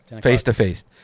face-to-face